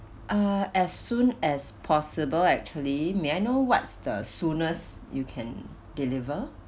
uh as soon as possible actually may I know what's the soonest you can deliver